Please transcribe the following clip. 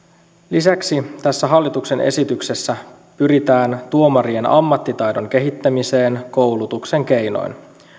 lisäksi tässä hallituksen esityksessä pyritään tuomarien ammattitaidon kehittämiseen koulutuksen keinoin